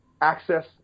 access